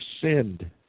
sinned